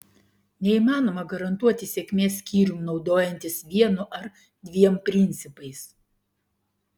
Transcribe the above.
neįmanoma garantuoti sėkmės skyrium naudojantis vienu ar dviem principais